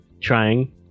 trying